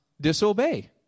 disobey